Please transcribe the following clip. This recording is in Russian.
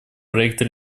проекта